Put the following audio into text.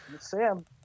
Sam